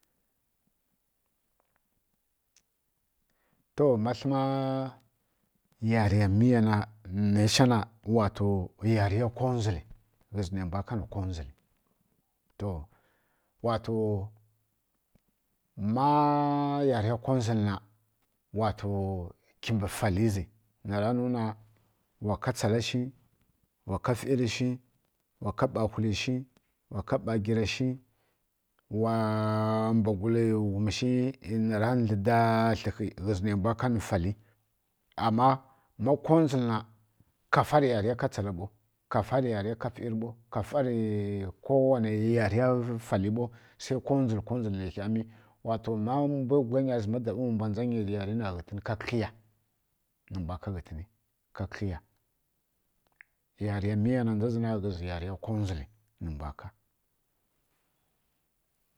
To ma tlǝna yariya mǝlǝya na naisha na wato yariya konwdzuli ghǝzǝ nai mbwa ka nǝ konwdzuli to wato ma yariya konwdzuli na wato kyi mbǝ fali zǝ to wa nuna wa ka tsala shi wa ka ˈfirǝ shi wa ka ɓawhuli shiu wa ka ɓagyira shi wa mbwagiula ghum shi nara dlǝi baatli nai mbwa ka ni fali ama ma konwdzulǝ na ka fari yariya ka tsaɓau ka fari yariya ka ˈfiri ɓau ka farǝ nontǝ yari ba mbǝ faliu sai konwdzulǝ konwdzulǝ nai kha miy to ma mbwa mbani fa nainanyi yari na wato sai ka kǝgliya nǝmbwa ka ghǝtǝni ka kǝgliya ma yariya miya nina ghǝzǝ yariya konwdzuli